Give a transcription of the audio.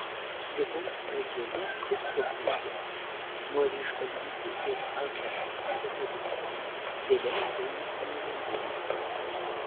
ligos pradžioje visko grėbiesi nori išbandyti ir alternatyvią mediciną vėliau ateina sąmoningumas